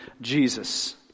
Jesus